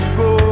go